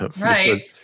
Right